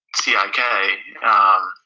CIK